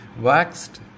waxed